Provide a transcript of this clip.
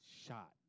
shot